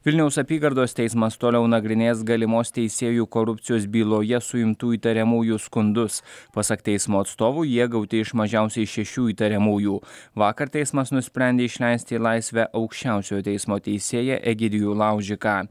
vilniaus apygardos teismas toliau nagrinės galimos teisėjų korupcijos byloje suimtų įtariamųjų skundus pasak teismo atstovų jie gauti iš mažiausiai šešių įtariamųjų vakar teismas nusprendė išleisti į laisvę aukščiausiojo teismo teisėją egidijų laužiką